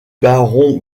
baron